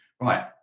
Right